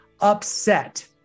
upset